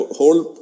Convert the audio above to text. whole